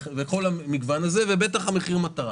ובוודאי מחיר מטרה.